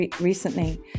recently